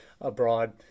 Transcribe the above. abroad